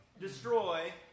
destroy